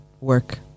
work